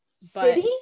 city